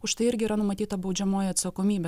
už tai irgi yra numatyta baudžiamoji atsakomybė